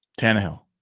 Tannehill